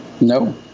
No